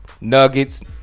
Nuggets